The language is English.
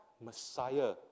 Messiah